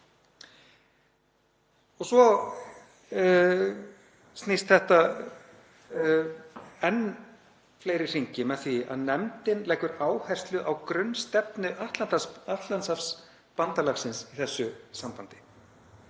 Svo snýst þetta í enn fleiri hringi með því að nefndin leggur áherslu á grunnstefnu Atlantshafsbandalagsins í þessu sambandi.